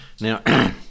Now